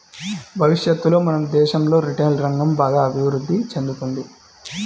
భవిష్యత్తులో మన దేశంలో రిటైల్ రంగం బాగా అభిరుద్ధి చెందుతుంది